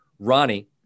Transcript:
Ronnie